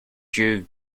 you